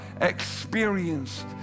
experienced